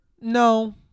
No